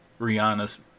Rihanna's